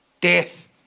death